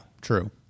true